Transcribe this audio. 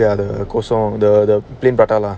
ya the koso the plain prata lah